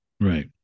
Right